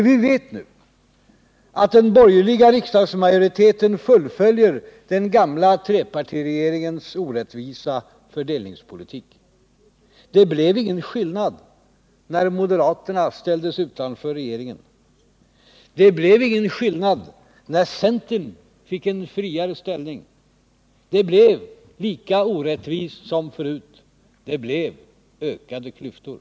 Vi vet nu att den borgerliga riksdagsmajoriteten fullföljer den gamla trepartiregeringens orättvisa fördelningspolitik. Det blev ingen skillnad när moderaterna ställdes utanför regeringen. Det blev ingen skillnad när centern fick en friare ställning. Det blev lika orättvist som förut. Det blev ökade klyftor.